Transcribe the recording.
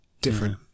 different